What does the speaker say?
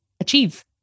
achieve